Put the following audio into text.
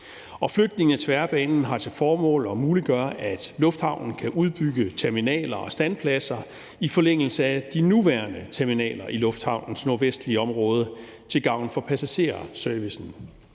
Flytning af tværbanen har til formål at muliggøre, at lufthavnen kan udbygge terminaler og standpladser i forlængelse af de nuværende terminaler i lufthavnens nordvestlige område til gavn for passagerservicen.